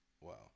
Wow